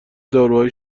داروهای